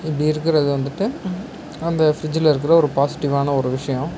இப்படி இருக்கிறது வந்துட்டு அந்த ஃப்ரிட்ஜ்ல இருக்கிற ஒரு பாசிட்டிவ்வான ஒரு விஷ்யம்